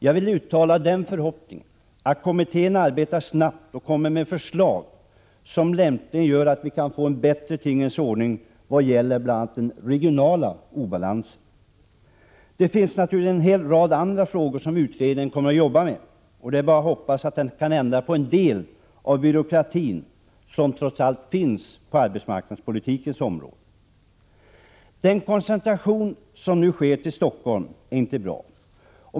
Jag vill uttala den förhoppningen att kommittén arbetar snabbt och kommer med förslag som lämpligen gör att vi kan få en bättre tingens ordning vad gäller bl.a. den regionala obalansen. Det finns naturligtvis en hel rad andra frågor som utredningen kommer att jobba med, och det är bara att hoppas att den kan ändra på en del av den byråkrati som trots allt finns på arbetsmarknadspolitikens område. Den koncentration till Stockholm som nu sker är inte bra.